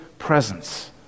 presence